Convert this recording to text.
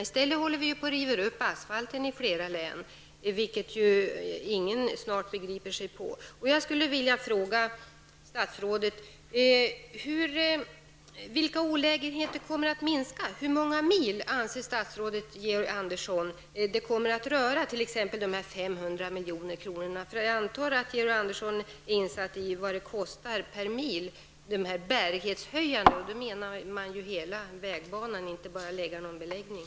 I stället håller man i flera län på att riva upp asfalten, vilket snart ingen begriper sig på. 500 milj.kr. kommer att beröra? Jag antar nämligen att Georg Andersson är insatt i vad dessa bärighetshöjande åtgärder kostar per mil. Och då menar jag hela vägbanan och inte bara någon beläggning.